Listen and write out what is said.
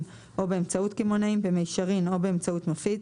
או באמצעות קמעונאים במישרין או באמצעות מפיץ,